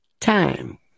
time